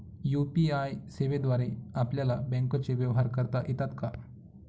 UPI सेवेद्वारे आपल्याला बँकचे व्यवहार करता येतात का?